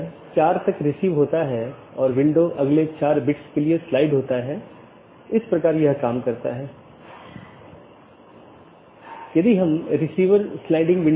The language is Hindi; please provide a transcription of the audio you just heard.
OSPF और RIP का उपयोग AS के माध्यम से सूचना ले जाने के लिए किया जाता है अन्यथा पैकेट को कैसे अग्रेषित किया जाएगा